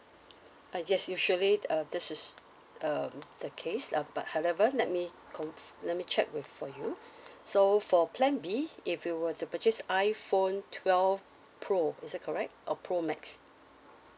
uh yes usually uh this is um the case ah but however let me conf~ let me check for you so for plan B if you were to purchase iphone twelve pro is that correct or pro max